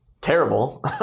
terrible